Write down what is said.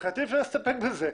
לדעתי אפשר להסתפק בזה.